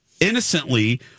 innocently